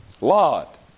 Lot